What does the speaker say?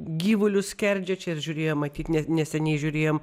gyvulius skerdžia čia ir žiurėjo matyt nes neseniai žiūrėjome